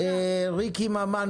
ריקי ממן